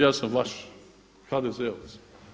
Ja sam vaš HDZ-ovac.